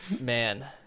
Man